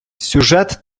сюжет